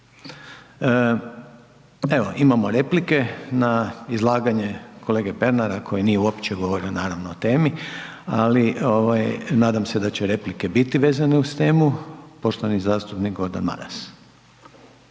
Evo, imamo replike na izlaganje kolege Pernara koji nije uopće govorio naravno o temi ali nadam se da će replike biti vezane uz temu, poštovani zastupnik Gordan Maras.